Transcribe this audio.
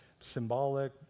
symbolic